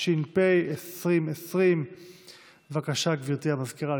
התש"ף 2020. גברתי המזכירה,